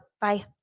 Bye